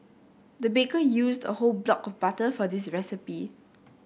the baker used a whole block butter for this recipe